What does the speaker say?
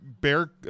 bear